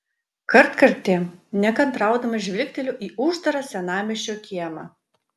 kartkartėm nekantraudamas žvilgteliu į uždarą senamiesčio kiemą